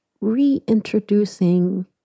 reintroducing